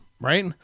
right